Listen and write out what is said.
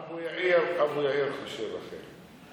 אבו יאיר חשוב לכם.